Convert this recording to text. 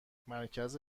مرکز